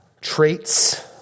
traits